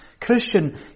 Christian